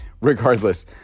regardless